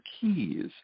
keys